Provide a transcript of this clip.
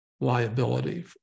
liability